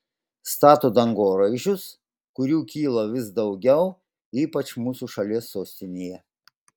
stato dangoraižius kurių kyla vis daugiau ypač mūsų šalies sostinėje